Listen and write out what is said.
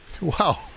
wow